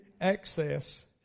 access